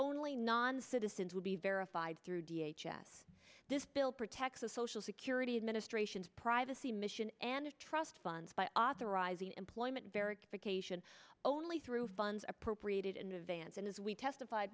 only non citizens will be verified through d h s this bill protects the social security administration's privacy mission and trust funds by authorizing employment verification only through funds appropriated in advance and as we testified